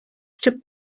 щоб